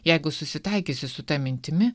jeigu susitaikysi su ta mintimi